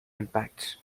impacts